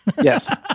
Yes